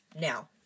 Now